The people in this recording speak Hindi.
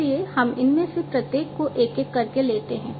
इसलिए हम इनमें से प्रत्येक को एक एक करके लेते हैं